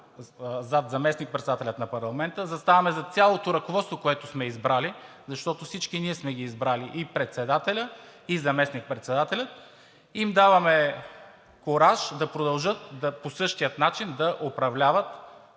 зад заместник-председателя на парламента, заставаме зад цялото ръководство, което сме избрали, защото всички ние сме ги избрали – и председателя, и заместник-председателя, и им даваме кураж да продължат по същия начин да управляват